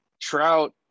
Trout